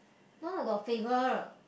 no no got flavour